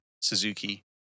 Suzuki